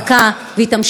והיא תמשיך להיות,